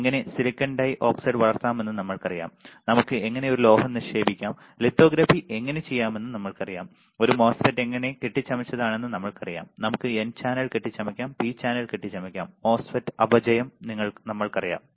എങ്ങനെ silicon dioxide വളർത്താമെന്ന് നമ്മൾക്കറിയാം നമുക്ക് എങ്ങനെ ഒരു ലോഹം നിക്ഷേപിക്കാം ലിത്തോഗ്രാഫി എങ്ങനെ ചെയ്യാമെന്ന് നമുക്കറിയാം ഒരു മോസ്ഫെറ്റ് എങ്ങനെ കെട്ടിച്ചമച്ചതാണെന്ന് നമുക്കറിയാം നമുക്ക് n ചാനൽ കെട്ടിച്ചമയ്ക്കാം p ചാനൽ കെട്ടിച്ചമയ്ക്കാം മോസ്ഫെറ്റ് അപചയം നമ്മൾക്കറിയാം